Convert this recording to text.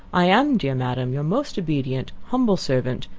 i am, dear madam, your most obedient humble servant,